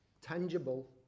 tangible